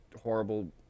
horrible